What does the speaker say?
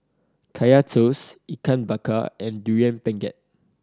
Kaya Toast Ikan Bakar and Durian Pengat